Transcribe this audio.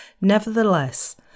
Nevertheless